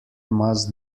must